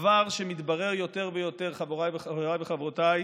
הדבר שמתברר יותר ויותר, חבריי וחברותיי,